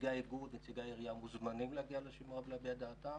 נציגי האיגוד ונציגי העירייה מוזמנים להגיע לשימוע ולהביע את דעתם.